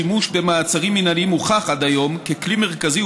השימוש במעצרים מינהליים הוכח עד היום ככלי מרכזי